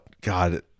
God